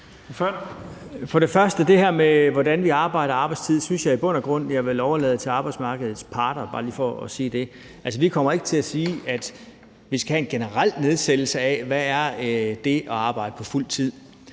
Poulsen (KF): Det her med, hvordan vi arbejder og arbejdstid, synes jeg i bund og grund at jeg vil overlade til arbejdsmarkedets parter – det er bare lige for at sige det. Altså, vi kommer ikke til at sige, at vi skal have en generel nedsættelse af, hvad det er at arbejde på fuld tid.